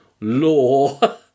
law